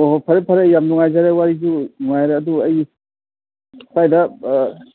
ꯑꯣ ꯐꯔꯦ ꯐꯔꯦ ꯌꯥꯝ ꯅꯨꯡꯉꯥꯏꯖꯔꯦ ꯋꯥꯔꯤꯁꯨ ꯅꯨꯡꯉꯥꯏꯔꯦ ꯑꯗꯨ ꯑꯩ ꯁ꯭ꯋꯥꯏꯗ